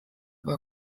war